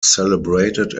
celebrated